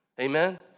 Amen